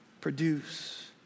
produce